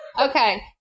Okay